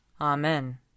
Amen